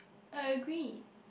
I agree